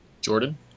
Jordan